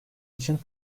için